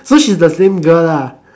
so she's the same girl lah